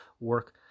work